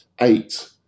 eight